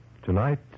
Tonight